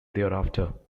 thereafter